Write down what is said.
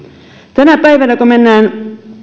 tänä päivänä kun mennään